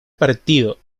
partido